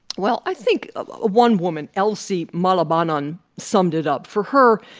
well, i think ah one woman, elsie malabanan, summed it up. for her,